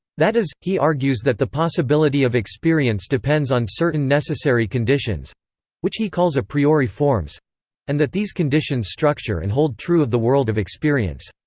that is, he argues that the possibility of experience experience depends on certain necessary conditions which he calls a priori forms and that these conditions structure and hold true of the world of experience.